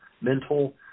mental